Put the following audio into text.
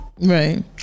Right